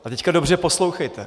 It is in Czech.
A teď dobře poslouchejte.